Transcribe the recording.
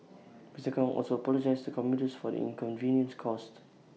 Mr Kong also apologised to commuters for the inconvenience caused